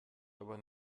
aber